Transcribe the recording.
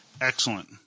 Excellent